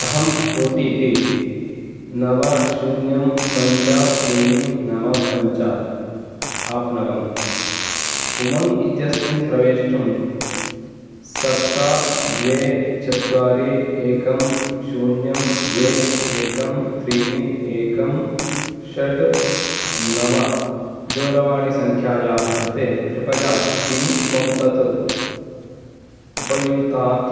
अहम् O T P नव शून्यं पञ्च त्रीणि नव पञ्च आप्नवम् उमङ्ग् इत्यस्मिन् प्रवेष्टुं सप्त द्वे चत्वारि एकं शून्यं द्वे एकं त्रीणि एकं षट् नव दूरवाणीसङ्ख्यायाः कृते कृपया किं त्वं तत् उपयुङ्क्तात्